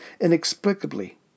inexplicably